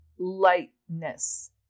lightness